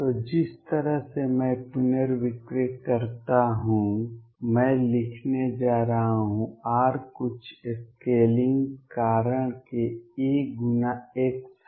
तो जिस तरह से मैं पुनर्विक्रय करता हूं मैं लिखने जा रहा हूं r कुछ स्केलिंग कारक के a गुना x है